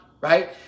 right